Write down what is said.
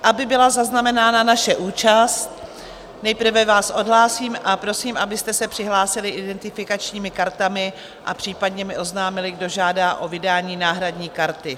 Aby byla zaznamenána naše účast, nejprve vás odhlásím a prosím, abyste se přihlásili identifikačními kartami a případně mi oznámili, kdo žádá o vydání náhradní karty.